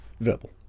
verbal